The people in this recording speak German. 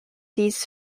dies